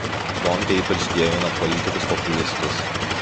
zombiai ypač dievina politikus populistus